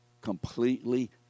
completely